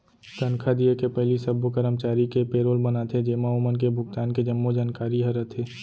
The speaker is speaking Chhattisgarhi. तनखा दिये के पहिली सब्बो करमचारी के पेरोल बनाथे जेमा ओमन के भुगतान के जम्मो जानकारी ह रथे